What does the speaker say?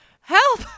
help